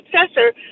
successor